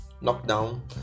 knockdown